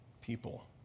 people